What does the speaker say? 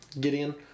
Gideon